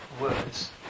words